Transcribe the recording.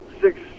Six